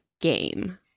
game